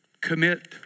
Commit